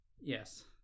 Yes